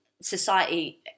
society